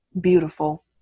beautiful